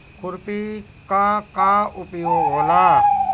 खुरपी का का उपयोग होला?